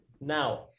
Now